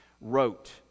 wrote